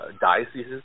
dioceses